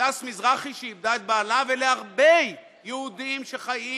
להדס מזרחי, שאיבדה את בעלה, ולהרבה יהודים שחיים